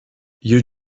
you